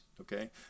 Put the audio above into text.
okay